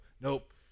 Nope